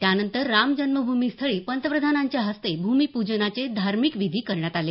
त्यानंतर रामजन्मभूमी स्थळी पंतप्रधानांच्या हस्ते भूमिपूजनाचे धार्मिक विधी करण्यात आले